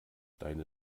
deine